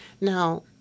Now